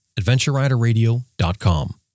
AdventureRiderRadio.com